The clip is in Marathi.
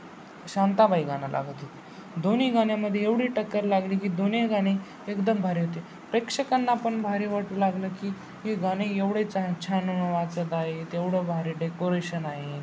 शांताबाई गाणं लागत होतं दोन्ही गाण्यामध्ये एवढी टक्कर लागली की दोन्ही गाणे एकदम भारी होते प्रेक्षकांना पण भारी वाटू लागलं की हे गाणे एवढे चा छान वाजत आहेत एवढं भारी डेकोरेशन आहे